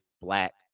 black